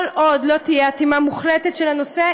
כל עוד לא תהיה אטימה מוחלטת של הנושא,